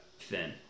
thin